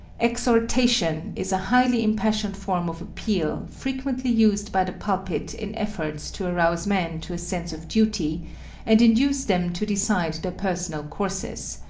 exhortation is a highly impassioned form of appeal frequently used by the pulpit in efforts to arouse men to a sense of duty and induce them to decide their personal courses,